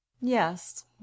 yes